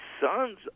sons